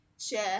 share